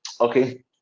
okay